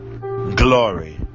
glory